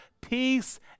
peace